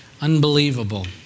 Unbelievable